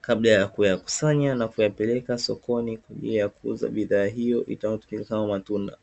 kabla ya kukusanya na kuyapeleka sokoni kwa ajili ya kuuza bidhaa hiyo inayojulikana kama matunda.